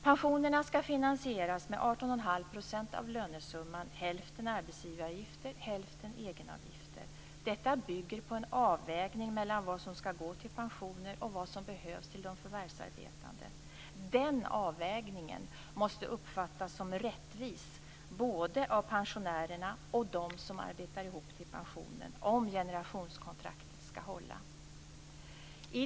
Pensionerna skall finansieras med 18 1⁄2 % av lönesumman - hälften arbetsgivaravgifter, hälften egenavgifter. Detta bygger på en avvägning mellan vad som skall gå till pensioner och vad som behövs till de förvärvsarbetande. Den avvägningen måste uppfattas som rättvis både av pensionärerna och av dem som arbetar ihop till pensionen om generationskontraktet skall hålla.